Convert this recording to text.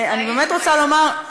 אני רוצה לומר,